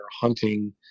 hunting